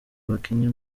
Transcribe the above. bakinnye